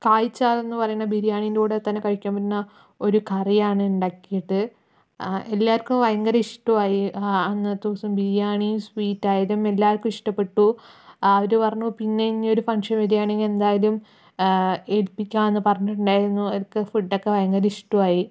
കാഴ്ചയെന്നു പറയുന്ന ബിരിയാണിയുടെ കൂടെ തന്നെ കഴിക്കാൻ പറ്റുന്ന ഒരു കറിയാണ് ഉണ്ടാക്കിയിട്ട് എല്ലാർക്കും ഭയങ്കര ഇഷ്ട്ടവുമായി അന്നത്തെ ദിവസം ബിരിയാണി സ്വീറ്റ് ഐറ്റം എല്ലാവർക്കും ഇഷ്ടപ്പെട്ടു അവർ പറഞ്ഞു പിന്നെ ഇനി ഒരു ഫങ്ക്ഷൻ വരുകയാണെങ്കിൽ എന്തായാലും ഏൽപ്പിക്കാൻ എന്ന് പറഞ്ഞിട്ടുണ്ടായിരുന്നു ഫുഡ് ഒക്കെ ഭയങ്കര ഇഷ്ടവുമായി